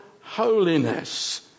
holiness